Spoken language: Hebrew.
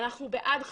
אנחנו בעד חדשנות,